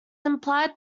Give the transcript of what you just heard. implied